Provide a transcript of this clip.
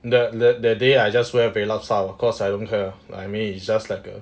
that that that day I just wear lupsup cause I don't care I mean is just like